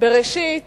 בראשית